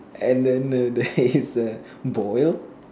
and then err there is a boil